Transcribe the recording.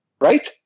right